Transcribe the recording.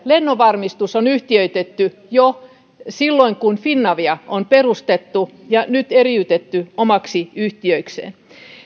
lennonvarmistus on yhtiöitetty jo silloin kun finavia on perustettu ja nyt eriytetty omaksi yhtiökseen